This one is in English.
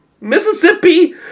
Mississippi